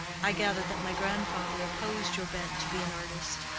i gather that my grandfather opposed your bent to be an artist.